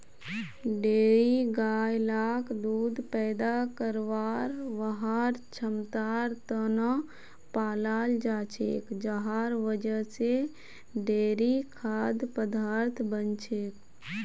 dairy गाय लाक दूध पैदा करवार वहार क्षमतार त न पालाल जा छेक जहार वजह से डेयरी खाद्य पदार्थ बन छेक